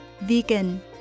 vegan